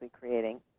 creating